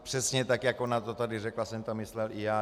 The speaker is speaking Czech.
Přesně tak, jak ona to tady řekla, jsem to myslel i já.